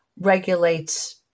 regulates